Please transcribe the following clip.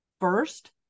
First